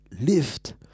Lift